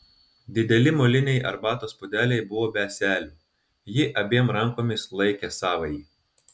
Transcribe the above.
dideli moliniai arbatos puodeliai buvo be ąselių ji abiem rankomis laikė savąjį